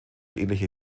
ähnliche